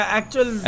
actual